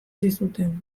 zizuten